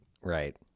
Right